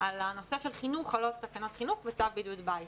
על הנושא של חינוך חלות תקנות חינוך וצו בידוד בית.